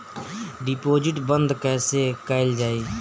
Deposit बंद कैसे कैल जाइ?